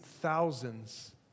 thousands